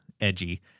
edgy